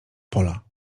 pola